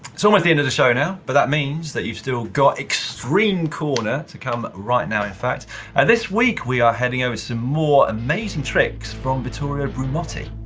it's almost the end of the show now but that means that you've still got extreme corner to come right now in fact and this week we are handing over some more amazing tricks from viturio brumotti.